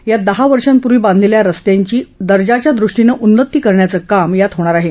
यात दहा वर्षांपूर्वी बांधलेलया रस्त्यांची दर्जाच्या दृष्टीने उन्नती करण्याचं काम यात होणार आहे